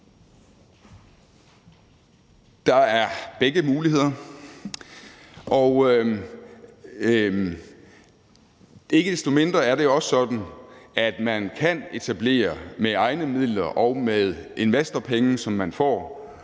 Der er begge muligheder. Ikke desto mindre er det også sådan, at man kan etablere det med egne midler og med investorpenge, som man får,